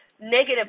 negative